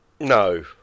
No